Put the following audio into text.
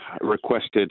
requested